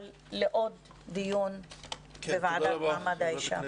אבל אני יוצאת לעוד דיון בוועדה למעמד האישה.